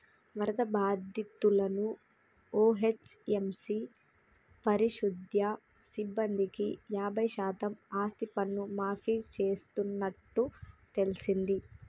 వరద బాధితులను ఓ.హెచ్.ఎం.సి పారిశుద్య సిబ్బందికి యాబై శాతం ఆస్తిపన్ను మాఫీ చేస్తున్నట్టు తెల్సింది